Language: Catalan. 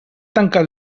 tancar